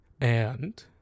And-